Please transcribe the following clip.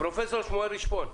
פרופסור שמואל רשפון,